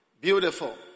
Beautiful